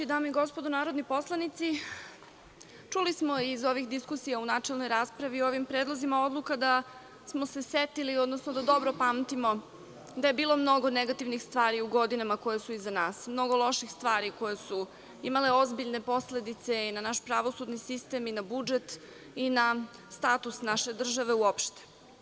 Dame i gospodo narodni poslanici, čuli smo iz ovih diskusija u načelnoj raspravi o ovim predlozima odluka da smo se setili, da dobro pamtimo da je bilo mnogo negativnih stvari u godinama koje su iza nas, mnogo loših stvari koje su imale ozbiljne posledice i na naš pravosudni sistem i na budžet i na status naše države uopšte.